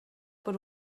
per